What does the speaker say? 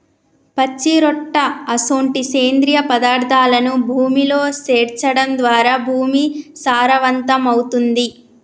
పచ్చిరొట్ట అసొంటి సేంద్రియ పదార్థాలను భూమిలో సేర్చడం ద్వారా భూమి సారవంతమవుతుంది